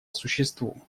существу